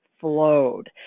flowed